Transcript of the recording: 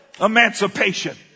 emancipation